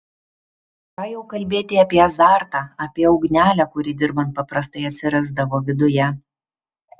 ką jau kalbėti apie azartą apie ugnelę kuri dirbant paprastai atsirasdavo viduje